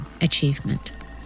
achievement